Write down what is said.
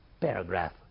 paragraph